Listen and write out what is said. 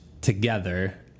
together